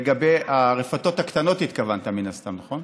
לרפתות הקטנות התכוונת מן הסתם, נכון?